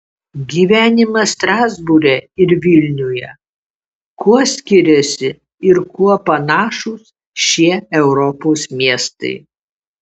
gyvenimas strasbūre ir vilniuje kuo skiriasi ir kuo panašūs šie europos miestai